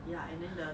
ya and then the